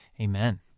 Amen